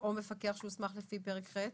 "או מפקח שהוסמך שהוסמך לפי פרק ח".